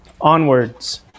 onwards